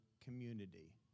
community